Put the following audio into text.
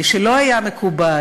שלא היה מקובל.